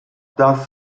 das